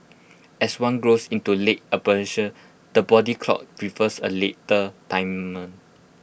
as one grows into late the body clock prefers A later time